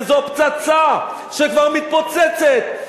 וזו פצצה שכבר מתפוצצת,